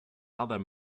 other